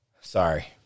Sorry